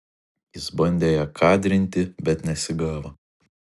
jis bandė ją kadrinti bet nesigavo